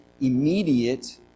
immediate